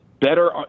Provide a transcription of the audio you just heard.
Better